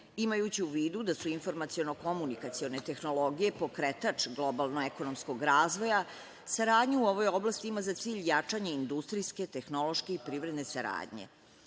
godine. Imajući u vidu da su informaciono-komunikacione tehnologije pokretač globalno-ekonomskog razvoja saradnja u ovoj oblasti ima za cilj jačanje industrijske, tehnološke i privredne saradnje.Međusobno